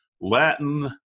Latin